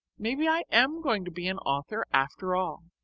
maybe i am going to be an author after all.